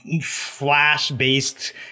flash-based